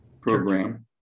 program